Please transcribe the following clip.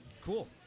cool